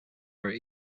our